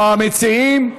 או המציעים.